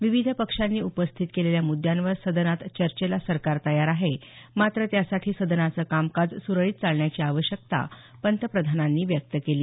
विविध पक्षांनी उपस्थित केलेल्या मुद्यांवर सदनात चर्चेला सरकार तयार आहे मात्र त्यासाठी सदनाचं कामकाज सुरळीत चालण्याची आवश्यकता पंतप्रधानांनी व्यक्त केली